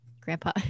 grandpa